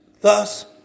thus